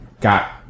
got